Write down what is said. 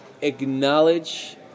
acknowledge